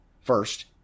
First